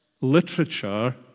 literature